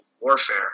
warfare